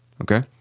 okay